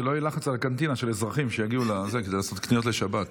שלא יהיה על הקנטינה לחץ של אזרחים שיגיעו כדי לעשות קניות לשבת.